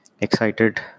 Excited